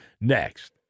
Next